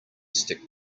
stick